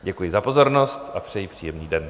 Děkuji za pozornost a přeji příjemný den.